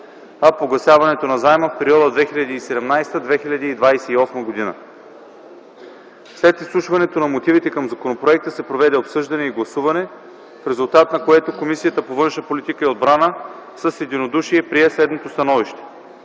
а погасяването на заема – в периода 2017 2028 г. След изслушването на мотивите към законопроекта се проведе обсъждане и гласуване, в резултат на което Комисията по външна политика и отбрана с единодушие прие следното становище: